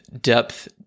depth